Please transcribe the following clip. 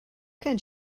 can